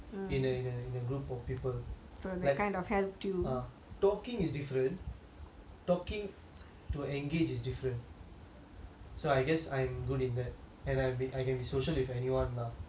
like uh talking is different talking is different talking to engage is different so I guess I'm good in that and I can be social with anyone lah